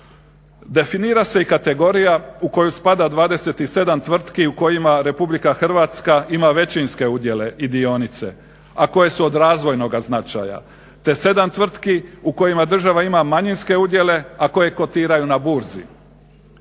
Definira se i kategorija u koju spada 27 tvrtki u kojima RH ima većinske udjele i dionice, a koje su od razvojnoga značaja te 7 tvrtki u kojima država ima manjinske udjele, a koje kotiraju na Burzi.